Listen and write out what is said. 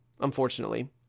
unfortunately